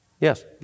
Yes